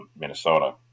minnesota